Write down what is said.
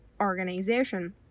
Organization